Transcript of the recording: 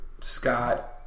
Scott